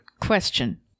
Question